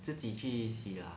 自己去洗啦